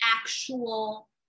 actual